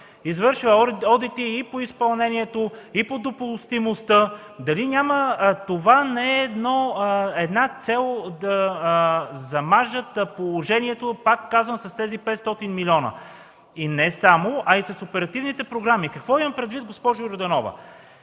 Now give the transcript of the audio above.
извършва одити и по изпълнението, и по допустимостта. Дали това не е една цел – да замажат положението с тези 500 милиона? И не само, а и с оперативните програми! Какво имам предвид, госпожо Йорданова?